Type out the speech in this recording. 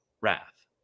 wrath